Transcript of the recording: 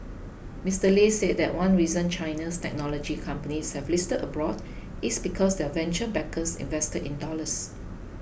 Mister Lei said that one reason China's technology companies have listed abroad is because their venture backers invested in dollars